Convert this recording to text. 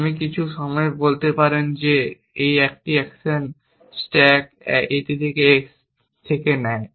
আমি কিছু সময়ে বলতে পারে যে একটি অ্যাকশন স্ট্যাক একটি x থেকে নেয়